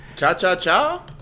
Cha-cha-cha